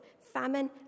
famine